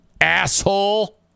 asshole